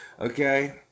Okay